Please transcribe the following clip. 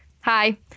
hi